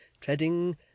treading